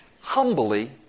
humbly